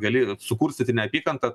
gali sukurstyti neapykantą